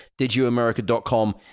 Didyouamerica.com